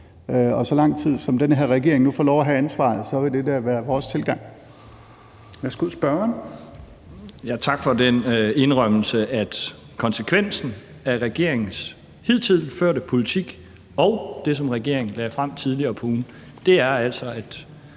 Og i så lang tid, som den her regering nu får lov at have ansvaret, vil det da være vores tilgang.